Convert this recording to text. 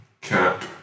Cap